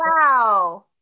wow